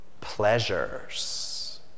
pleasures